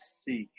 seek